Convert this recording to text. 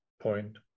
point